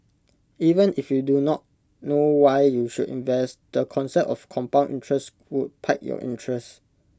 even if you do not know why you should invest the concept of compound interest would pique your interest